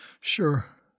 Sure